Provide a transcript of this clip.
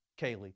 Kaylee